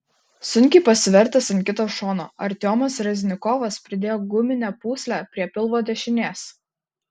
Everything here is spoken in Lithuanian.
sunkiai pasivertęs ant kito šono artiomas reznikovas pridėjo guminę pūslę prie pilvo dešinės